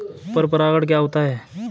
पर परागण क्या होता है?